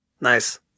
Nice